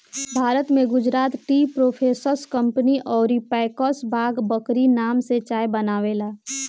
भारत में Gujarat tea processors company अउर packers Bagh और बकरी नाम से चाय बनावेला